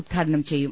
ഉദ്ഘാടനം ചെയ്യും